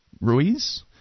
Ruiz